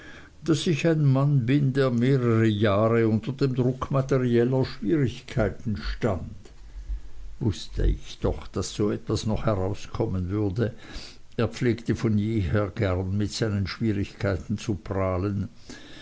daß ich ein mann bin der mehrere jahre unter dem drucke materieller schwierigkeiten stand wußte ich doch daß so etwas noch herauskommen würde er pflegte von jeher gern mit seinen schwierigkeiten zu prahlen